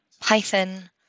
Python